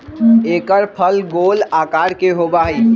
एकर फल गोल आकार के होबा हई